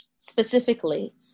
Specifically